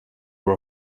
were